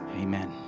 Amen